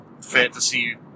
fantasy